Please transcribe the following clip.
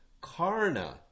Karna